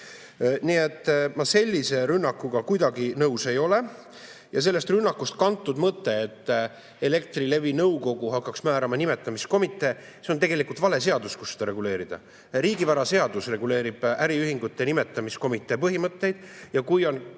Nii et ma sellise rünnakuga küll kuidagi nõus ei ole. Sellest rünnakust kantud mõte, et Elektrilevi nõukogu hakkaks määrama nimetamiskomiteed – see on tegelikult vale seadus, kus seda reguleerida. Riigivaraseadus reguleerib äriühingute nimetamiskomitee põhimõtteid. Kui on